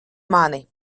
mani